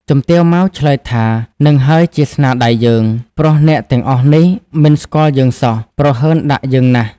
ជំទាវ ម៉ៅ ឆ្លើយថា "ហ្នឹងហើយជាស្នាដៃយើង ។ ព្រោះអ្នកទាំងអស់នេះ មិនស្គាល់យើងសោះ ព្រហើនដាក់យើងណាស់ ។"